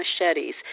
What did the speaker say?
machetes